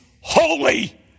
holy